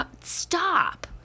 stop